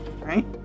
Right